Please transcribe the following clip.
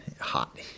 hot